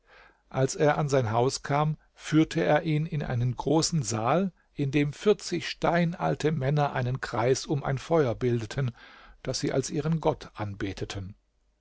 als er an sein haus kam führte er ihn in einen großen saal in dem vierzig steinalte männer einen kreis um ein feuer bildeten das sie als ihren gott anbeteten